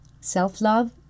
Self-love